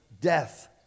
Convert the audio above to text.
death